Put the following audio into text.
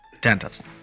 Dentist